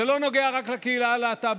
זה לא נוגע רק לקהילה הלהט"בית.